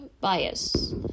bias